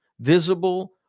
visible